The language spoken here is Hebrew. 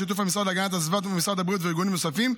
בשיתוף המשרד להגנת הסביבה ומשרד הבריאות וארגונים נוספים,